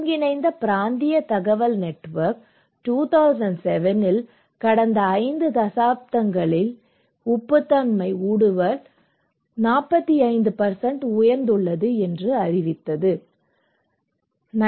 ஒருங்கிணைந்த பிராந்திய தகவல் நெட்வொர்க் 2007 இல் கடந்த 5 தசாப்தங்களில் உப்புத்தன்மை ஊடுருவல் 45 உயர்ந்துள்ளது என்று அறிவித்தது